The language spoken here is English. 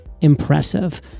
impressive